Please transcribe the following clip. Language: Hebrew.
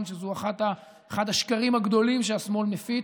שזה אחד השקרים הגדולים שהשמאל מפיץ,